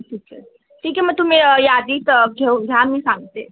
ठीक आहे ठीक आहे मग तुम्ही यादी घेऊ घ्या मी सांगते